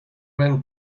when